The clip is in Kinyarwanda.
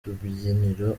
rubyiniro